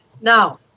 Now